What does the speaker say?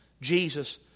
Jesus